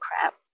crap